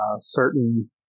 certain